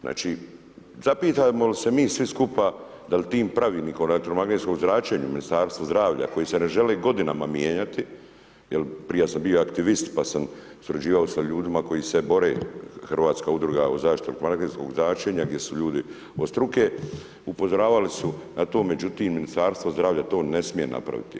Zapitamo li se mi svi skupa dal tim pravilnikom o elektromagnetskom zračenju u Ministarstvu zdravlja koji se ne žele godinama mijenjati, jel prije sam bio aktivist pa sam surađivao sa ljudima koji se bore Hrvatska udruga o zaštiti od magnetskog zračenja gdje su ljudi od struke, upozoravali su na to, no međutim Ministarstvo zdravlja to ne smije napraviti.